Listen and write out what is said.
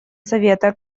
совета